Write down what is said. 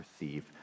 receive